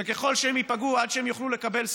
וככל שהם ייפגעו, עד שהם יוכלו לקבל סעד,